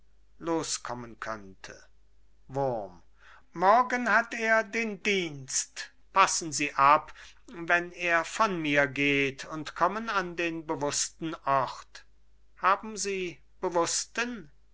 loskommen könnte wurm morgen hat er den dienst passen sie ab wenn er von mir geht und kommen an den bewußten ort haben sie bewußten